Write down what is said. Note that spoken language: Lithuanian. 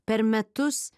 per metus